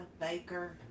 Baker